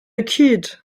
kid